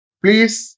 please